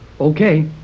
Okay